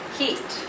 heat